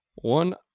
One